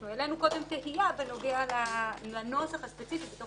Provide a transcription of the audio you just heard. אנחנו העלינו קודם תהייה בנוגע לנוסח הספציפי בתוך